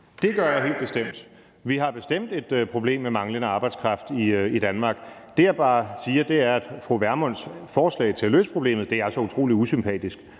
Det gør jeg helt bestemt. Vi har bestemt et problem med manglende arbejdskraft i Danmark. Det, jeg bare siger, er, at fru Pernille Vermunds forslag til at løse problemet altså er utrolig usympatisk,